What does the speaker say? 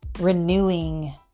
renewing